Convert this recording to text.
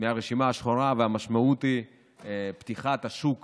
מהרשימה השחורה, והמשמעות היא פתיחת השוק